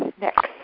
Next